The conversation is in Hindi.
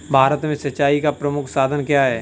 भारत में सिंचाई का प्रमुख साधन क्या है?